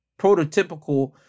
prototypical